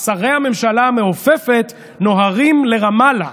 שרי הממשלה המעופפת נוהרים לרמאללה,